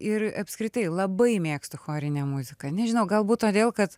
ir apskritai labai mėgstu chorinę muziką nežinau galbūt todėl kad